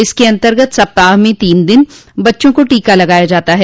इसके अन्तर्गत सप्ताह में तीन दिन बच्चों को टीका लगाया जाता है